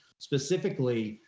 specifically,